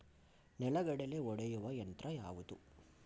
ನೆಲಗಡಲೆ ಒಡೆಯುವ ಯಂತ್ರ ಯಾವುದು?